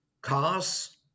cars